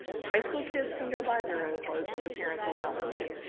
high school kids can go buy their own clothes if the parents allow them to.